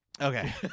Okay